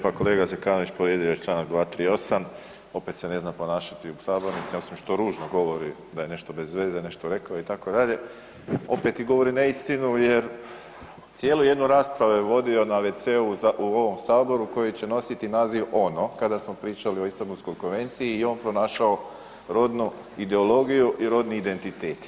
Pa kolega Zekanović povrijedio je čl. 238., opet se ne zna ponašati u sabornici, osim što ružno govori da je nešto bez veze nešto rekao itd., opet govori neistinu jer cijelu jednu raspravu je vodio na wc-u u ovom saboru koji će nositi naziv „ono“ kada smo pričali o Istambulskoj konvenciji i on pronašao rodnu ideologiju i rodni identitet.